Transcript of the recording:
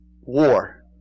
war